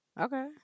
Okay